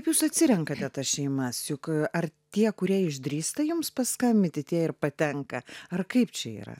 jūs atsirenkate tas šeimas juk ar tie kurie išdrįsta jums paskambinti tie ir patenka ar kaip čia yra